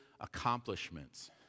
accomplishments